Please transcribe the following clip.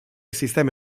sistemi